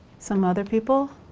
some other people.